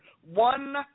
one